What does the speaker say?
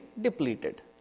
depleted